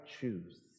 choose